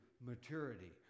maturity